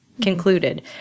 concluded